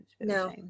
No